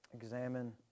Examine